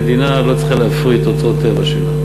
מדינה לא צריכה להפריט אוצרות טבע שלה,